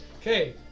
Okay